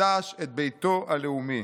מחדש את ביתו הלאומי.